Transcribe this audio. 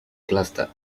cluster